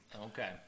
Okay